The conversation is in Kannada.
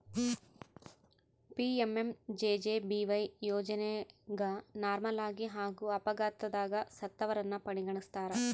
ಪಿ.ಎಂ.ಎಂ.ಜೆ.ಜೆ.ಬಿ.ವೈ ಯೋಜನೆಗ ನಾರ್ಮಲಾಗಿ ಹಾಗೂ ಅಪಘಾತದಗ ಸತ್ತವರನ್ನ ಪರಿಗಣಿಸ್ತಾರ